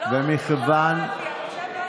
המחשב לא עבד לי.